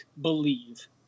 believe